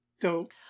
Dope